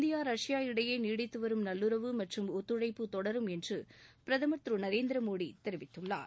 India Russia இடையே நீடித்துவரும் நல்லுறவு மற்றும் ஒத்துழைப்பு தொடரும் என்று பிரதமர் திரு நரேந்திர மோடி தெரிவித்துள்ளார்